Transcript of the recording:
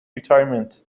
retirement